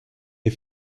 des